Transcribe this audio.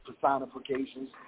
personifications